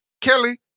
Kelly